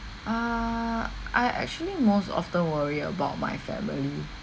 err I actually most often worry about my family